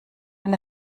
wenn